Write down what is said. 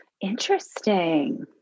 Interesting